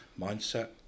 mindset